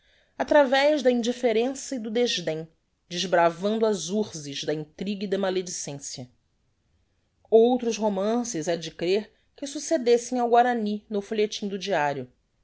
atravez da indifferença e do desdem desbravando as urzes da intriga e da maledicencia outros romances é de crer que succedessem ao guarany no folhetim do diario